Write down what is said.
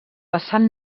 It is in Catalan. vessant